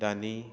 दानि